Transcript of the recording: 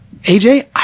AJ